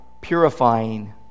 purifying